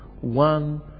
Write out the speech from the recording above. one